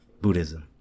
Buddhism